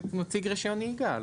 פשוט מציג רישיון נהיגה.